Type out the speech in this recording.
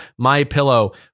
MyPillow